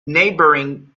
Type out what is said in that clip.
neighbouring